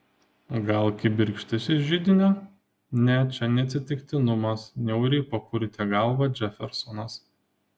gal kibirkštis iš židinio ne čia ne atsitiktinumas niauriai papurtė galvą džefersonas